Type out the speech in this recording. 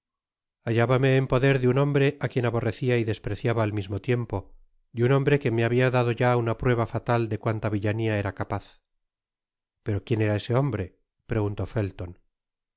desesperada hallábame en poder de un hombre á quien aborrecia y despreciaba at mismo tiempo de un hombreque me habia dado ya una prueba fatal de cuanta villania era capaz pero quién era ese hombre preguntó felton